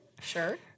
sure